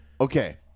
Okay